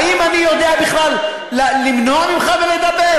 האם אני יודע בכלל למנוע ממך לדבר?